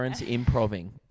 improving